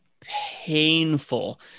painful